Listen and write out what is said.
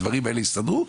הדברים האלה יסתדרו.